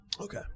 Okay